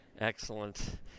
Excellent